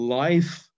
life